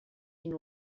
been